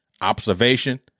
observation